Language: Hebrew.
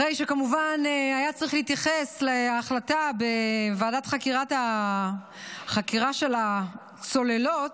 אחרי שכמובן היה צריך להתייחס להחלטה בוועדת החקירה של הצוללות,